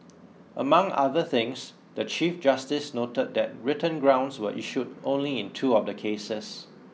among other things the Chief Justice noted that written grounds were issued only in two of the cases